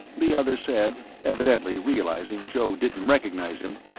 the other said, evidently realizing joe didn't recognize him,